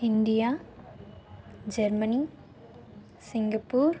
India Germany Singapore